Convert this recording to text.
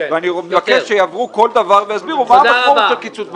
ואני מבקש שיעברו על כל דבר ויסבירו מה משמעות של הקיצוץ.